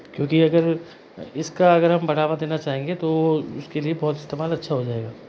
क्योंकि अगर इसका अगर हम बढ़ावा देना चाहेंगे तो उसके लिए बहुत इस्तेमाल अच्छा हो जाएगा